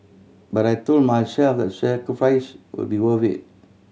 but I told myself sacrifice would be worth it